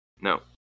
No